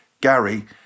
Gary